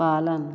पालन